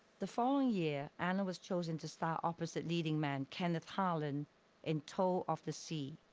the following year, anna was chosen to star opposite leading man kenneth harlan in toll of the sea.